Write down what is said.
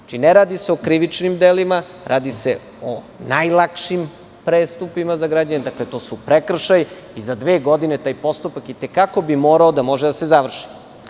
Znači, ne radi se o krivičnim delima, radi se o najlakšim prestupima za građane, dakle, to su prekršaji i za dve godine taj postupak i te kako bi morao da može da se završi.